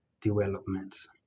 developments